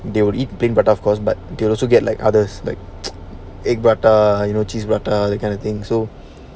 they would eat plain prate but they will also get like others like egg prata you know cheese prata that kind of thing so